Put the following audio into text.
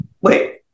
wait